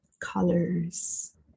colors